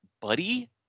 buddy